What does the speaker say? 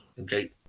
okay